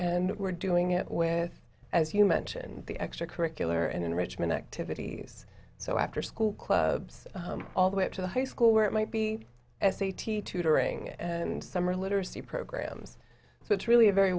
and we're doing it with as you mentioned the extra curricular and enrichment activities so after school clubs all the way up to the high school where it might be less eighty tutoring and summer literacy programs so it's really a very